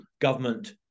government